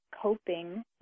coping